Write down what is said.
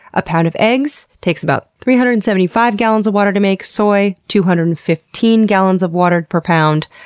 a pound of eggs takes about three hundred and seventy five gallons of water to make soy, two hundred and fifteen gallons of water per pound.